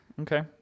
okay